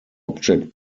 object